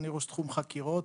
אני ראש תחום חקירות,